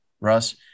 Russ